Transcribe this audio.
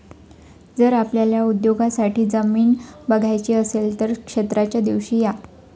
जर आपल्याला उद्योगासाठी जमीन बघायची असेल तर क्षेत्राच्या दिवशी या